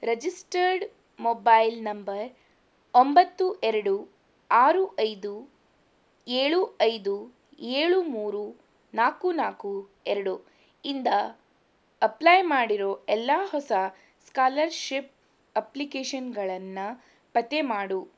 registered mobile number ಒಂಬತ್ತು ಎರಡು ಆರು ಐದು ಏಳು ಐದು ಏಳು ಮೂರು ನಾಲ್ಕು ನಾಲ್ಕು ಎರಡು ಇಂದ ಅಪ್ಲೈ ಮಾಡಿರೊ ಎಲ್ಲ ಹೊಸ ಸ್ಕಾಲರ್ಶಿಪ್ ಅಪ್ಲಿಕೇಷನ್ಗಳನ್ನು ಪತ್ತೆ ಮಾಡು